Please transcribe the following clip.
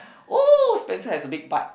oh Spencer has a big butt